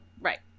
Right